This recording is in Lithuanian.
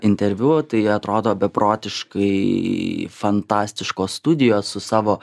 interviu tai atrodo beprotiškai fantastiškos studijos su savo